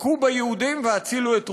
"הכו ביהודים והצילו את רוסיה",